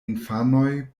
infanoj